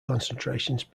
concentrations